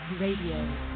Radio